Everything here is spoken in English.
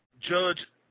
Judge